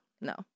No